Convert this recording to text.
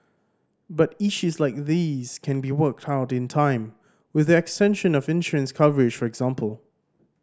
but issues like these can be worked out in time with the extension of insurance coverage for example